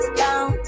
down